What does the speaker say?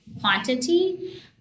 quantity